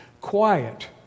quiet